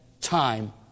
time